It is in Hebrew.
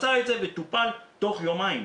מצאה את זה וטופל בתוך יומיים,